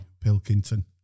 Pilkington